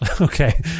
okay